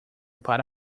para